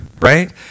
right